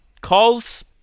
calls